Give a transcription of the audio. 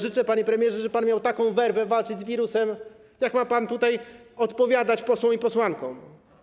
Życzę, panie premierze, żeby pan miał taką werwę w walce z wirusem, z jaką pan tutaj odpowiada posłom i posłankom.